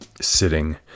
sitting